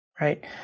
right